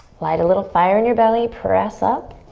light a little fire in your belly. press up.